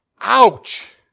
ouch